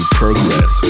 progress